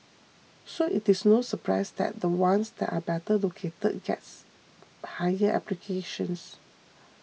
so it is no surprise that the ones that are better located gets higher applications